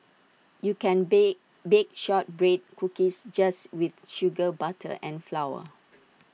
you can bake bake Shortbread Cookies just with sugar butter and flour